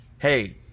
hey